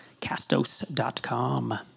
Castos.com